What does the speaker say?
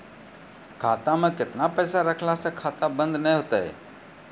खाता मे केतना पैसा रखला से खाता बंद नैय होय तै?